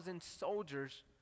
soldiers